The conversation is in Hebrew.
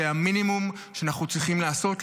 זה המינימום שאנחנו צריכים לעשות,